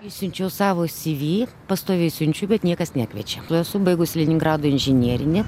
išsiunčiau savo cv pastoviai siunčiu bet niekas nekviečia esu baigusi leningrado inžinerinį